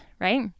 right